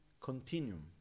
continuum